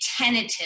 tentative